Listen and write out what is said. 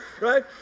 right